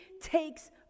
takes